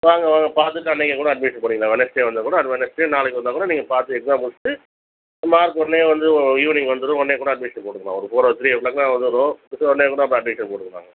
வாங்க வாங்க பார்த்துட்டு அன்றைக்கே கூட அட்மிஷன் பண்ணிக்கலாம் வெட்னஸ்டே வந்தால்கூட அது வெட்னஸ்டே நாளைக்கு வந்தால்கூட நீங்கள் பார்த்து எக்ஸாம் முடிச்சிவிட்டு மார்க் உடனே வந்து ஈவ்னிங் வந்துரும் உடனே கூட அட்மிஷன் போட்டுக்கலாம் ஒரு ஃபோர் ஹவர்ஸ்ல எல்லாமே வந்துரும் உடனே கூட அப்போ அட்மிஷன் போட்டுக்கலாங்க